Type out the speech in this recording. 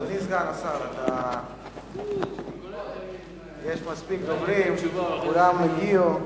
אדוני סגן השר, יש מספיק דוברים, כולם הגיעו.